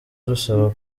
dusaba